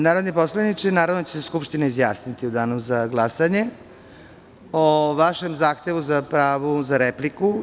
Narodni poslaniče, naravno da će se Skupština izjasniti u Danu za glasanje o vašem zahtevu za pravo na repliku.